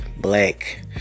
black